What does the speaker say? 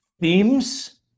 themes